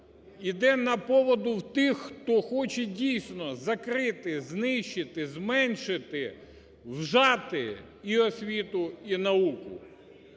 іде на поводу в тих, хто хоче дійсно закрити, знищити, зменшити, вжати і освіту, і науку.